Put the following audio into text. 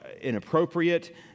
inappropriate